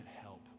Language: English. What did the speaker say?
help